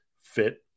fit